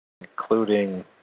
including